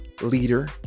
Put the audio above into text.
leader